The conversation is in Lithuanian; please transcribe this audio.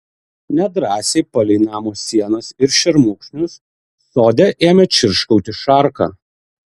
nedrąsiai palei namo sienas ir šermukšnius sode ėmė čirškauti šarka